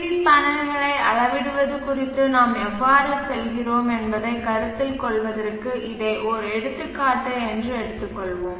we பேனல்களை அளவிடுவது குறித்து நாம் எவ்வாறு செல்கிறோம் என்பதைக் கருத்தில் கொள்வதற்கு இதை ஒரு எடுத்துக்காட்டு என்று எடுத்துக் கொள்வோம்